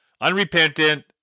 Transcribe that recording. unrepentant